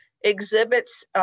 exhibits